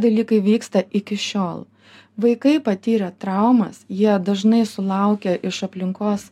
dalykai vyksta iki šiol vaikai patyrę traumas jie dažnai sulaukia iš aplinkos